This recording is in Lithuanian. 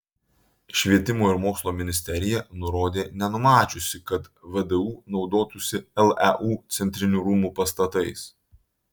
švietimo ir mokslo ministerija nurodė nenumačiusi kad vdu naudotųsi leu centrinių rūmų pastatais